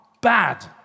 bad